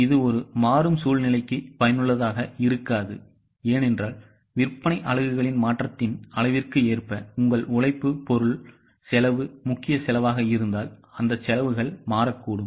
இப்போது இது ஒரு மாறும் சூழ்நிலைக்கு பயனுள்ளதாக இருக்காது ஏனென்றால் விற்பனை அலகுகளின் மாற்றத்தின் அளவிற்கு ஏற்ப உங்கள் உழைப்பு பொருள் செலவு முக்கிய செலவாக இருந்தால் அந்த செலவுகள் மாறக்கூடும்